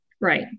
Right